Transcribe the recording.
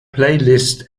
playlist